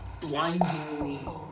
blindingly